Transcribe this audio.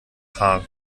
haar